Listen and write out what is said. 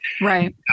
right